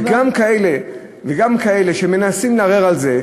וגם כאלה שמנסים לערער על זה,